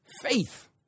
Faith